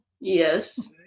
Yes